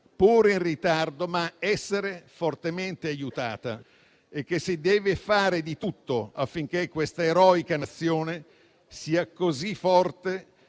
seppure in ritardo, essere fortemente aiutata e si deve fare di tutto affinché questa eroica Nazione sia così forte